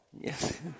Yes